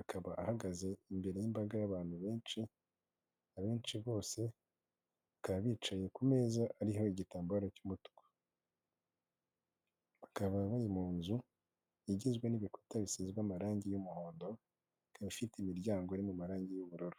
akaba ahagaze imbere y'imbaga y'abantu benshi, abenshi bose bakaba bicaye ku meza ariho igitambaro cy'umutuku, bakaba bari munzu, igizwe n'ibikuta bisizwe amarangi y'umuhondo, ikaba ifite imiryango iri mu marangi y'ubururu.